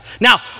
Now